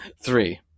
Three